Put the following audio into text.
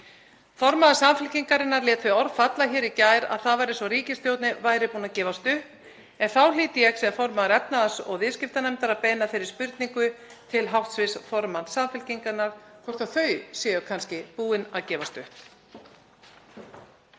Formaður Samfylkingarinnar lét þau orð falla hér í gær að það væri eins og ríkisstjórnin væri búin að gefast upp. En þá hlýt ég, sem formaður efnahags- og viðskiptanefndar, að beina þeirri spurningu til hv. formanns Samfylkingarinnar hvort þau séu kannski búin að gefast